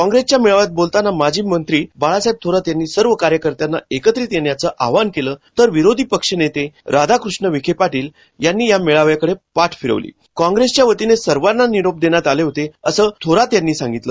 काँग्रेसच्या मेळाव्यात बोलताना माजी मंत्री बाळासाहेब थोरात यांनी सर्व कार्यकर्त्यांना एकत्र येण्याचे आवाहन केलं तर विरोधी पक्षनेते राधाकृष्ण विखे यांनी या मेळाव्याकडे पाठ फिरवली काँप्रेसच्या वतीने सर्वाना निरोप देण्यात आले होते असे थोरात यांनी सांगितले